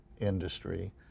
industry